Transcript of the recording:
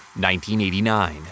1989